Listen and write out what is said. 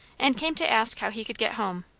and came to ask how he could get home.